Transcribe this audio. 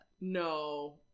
No